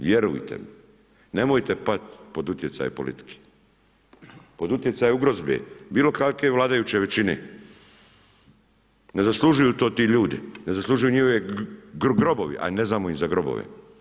Vjerujte mi, nemojte pasti pod utjecaj politike, pod utjecaj ugrozbe bilo kakve vladajuće većine, ne zaslužuju to ti ljudi, ne zaslužuju njihovi grobovi, a ne znamo im za grobove.